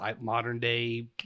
modern-day